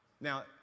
now